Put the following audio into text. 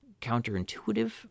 counterintuitive